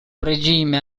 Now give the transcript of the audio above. regime